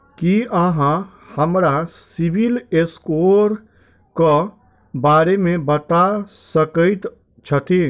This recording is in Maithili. की अहाँ हमरा सिबिल स्कोर क बारे मे बता सकइत छथि?